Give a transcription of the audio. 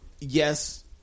yes